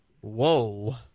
whoa